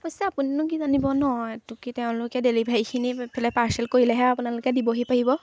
অৱশ্যে আপুনিনো কি জানিব ন এইটো কি তেওঁলোকে ডেলিভাৰীখিনি ইফালে পাৰ্চেল কৰিলেহে আপোনালোকে দিবহি পাৰিব